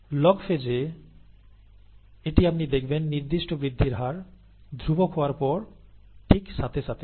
'log phase' এ এটি আপনি দেখবেন নির্দিষ্ট বৃদ্ধির হার ধ্রুবক হওয়ার পর ঠিক সাথে সাথে